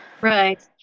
Right